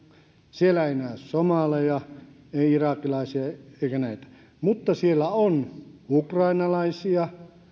siellä ei näy somaleja ei irakilaisia eikä näitä mutta siellä on ukrainalaisia